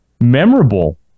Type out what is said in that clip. memorable